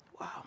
Wow